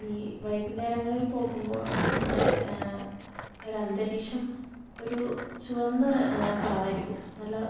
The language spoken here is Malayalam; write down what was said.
ഈ വൈകുന്നേരങ്ങളിൽ പോകുമ്പോൾ അവിടത്തെ ഒരു അന്തരീക്ഷം ഒരു ചുവന്ന കളർ ആയിരിക്കും നല്ല